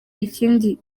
ikindi